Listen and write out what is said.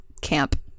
camp